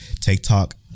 TikTok